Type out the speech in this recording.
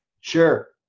Sure